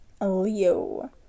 Leo